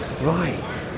Right